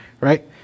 right